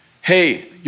Hey